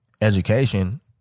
education